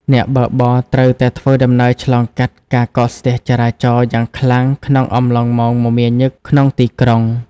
អ្នកបើកបរត្រូវតែធ្វើដំណើរឆ្លងកាត់ការកកស្ទះចរាចរណ៍យ៉ាងខ្លាំងក្នុងអំឡុងម៉ោងមមាញឹកក្នុងទីក្រុង។